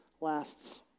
lasts